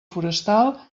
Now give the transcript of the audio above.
forestal